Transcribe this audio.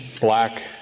black